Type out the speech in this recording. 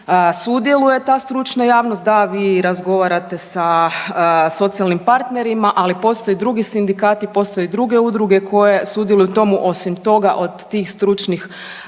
sudjeluje ta stručna javnost, da vi razgovarate sa socijalnim partnerima, ali postoje drugi sindikati, postoje druge udruge koje sudjeluju u tome. Osim toga od tih stručnih